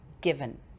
given